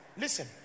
listen